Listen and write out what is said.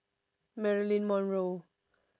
marilyn monroe